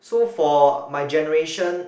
so for my generation